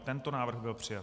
I tento návrh byl přijat.